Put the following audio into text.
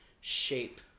shape